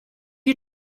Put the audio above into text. you